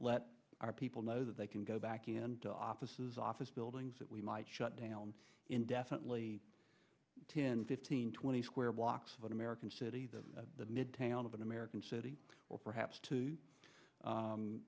let our people know that they can go back into offices office buildings that we might shut down indefinitely ten fifteen twenty square blocks of american city the midtown of an american city or perhaps to